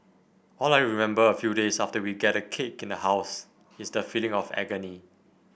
all I remember a few days after we get a cake in the house is the feeling of agony